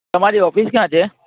તમારી ઑફિસ ક્યાં છે